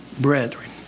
brethren